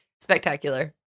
Spectacular